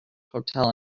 hotel